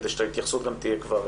כדי שההתייחסות תהיה כבר